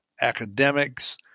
academics